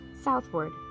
southward